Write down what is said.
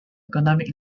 economic